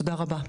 תודה רבה.